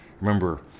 Remember